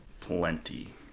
Plenty